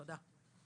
תודה.